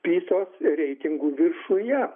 pisos reitingų viršuje